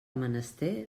menester